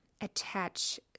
attach